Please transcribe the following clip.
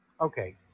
Okay